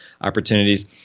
opportunities